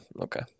okay